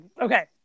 okay